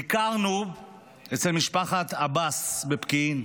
ביקרנו אצל משפחת עבאס בפקיעין,